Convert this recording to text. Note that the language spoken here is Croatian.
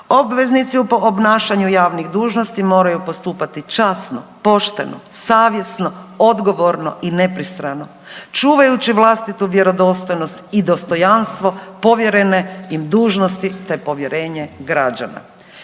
obveznici u obnašanju javnih dužnosti moraju postupati časno, pošteno, savjesno, odgovorno i nepristrano. Čuvajući vlastitu vjerodostojnost i dostojanstvo povjerene im dužnosti te povjerenje građana.